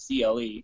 CLE